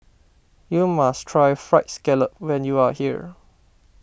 you must try Fried Scallop when you are here